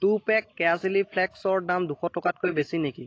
two pack কেয়া chilli ফ্লেকছৰ দাম দুশ টকাতকৈ বেছি নেকি